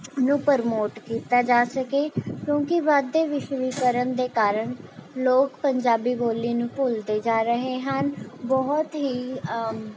ਨੂੰ ਪ੍ਰਮੋਟ ਕੀਤਾ ਜਾ ਸਕੇ ਕਿਉਂਕਿ ਵੱਧਦੇ ਵਿਸ਼ਵੀਕਰਨ ਦੇ ਕਾਰਨ ਲੋਕ ਪੰਜਾਬੀ ਬੋਲੀ ਨੂੰ ਭੁੱਲਦੇ ਜਾ ਰਹੇ ਹਨ ਬਹੁਤ ਹੀ